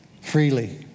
freely